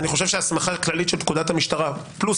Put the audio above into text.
אני חושב שההסמכה הכללית של פקודת המשטרה פלוס